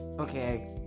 okay